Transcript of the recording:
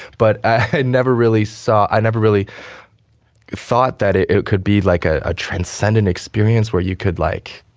but i never really saw. i never really thought that it it could be like a ah transcendent experience where you could like,